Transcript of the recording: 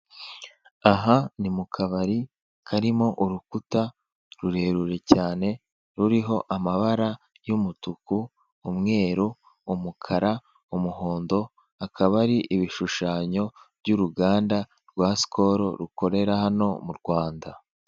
Aha ni mukabari karimo urukuta rurerure cyane, ruriho amabara: y'umutuku, umweru, umukara, umuhondo, akaba ari ibishushanyo by'uruganda rwa sikoro rukorera hano mu Rwanda.